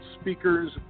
speakers